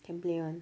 can play [one]